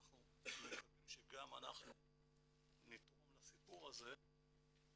ואנחנו מקווים שגם אנחנו נתרום לסיפור הזה,